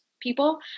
people